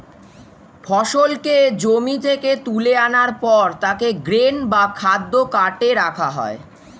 ফসলকে জমি থেকে তুলে আনার পর তাকে গ্রেন বা খাদ্য কার্টে রাখা হয়